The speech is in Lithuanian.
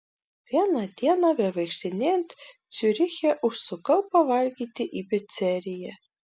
vieną dieną bevaikštinėjant ciuriche užsukau pavalgyti į piceriją